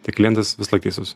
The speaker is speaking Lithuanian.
tai klientas visada teisus